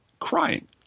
crying